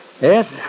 Yes